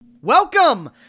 Welcome